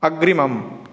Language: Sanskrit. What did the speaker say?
अग्रिमम्